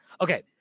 Okay